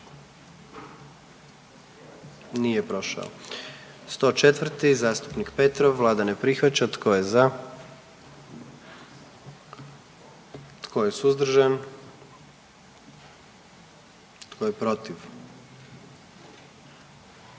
44. Kluba zastupnika SDP-a, vlada ne prihvaća. Tko je za? Tko je suzdržan? Tko je protiv?